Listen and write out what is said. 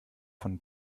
von